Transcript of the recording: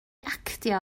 actio